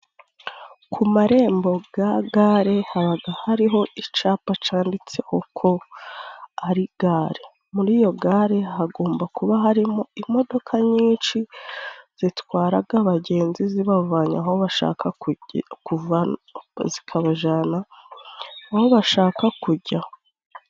Ku marembo ga gare habaga hariho icapa canditse ko ari gare, muri iyo gare hagomba kuba harimo imodoka nyinshi zitwaraga abagenzi zibavana aho bashaka zikabajana aho bashaka kujya.